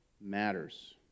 matters